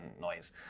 noise